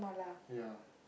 ya